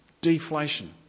deflation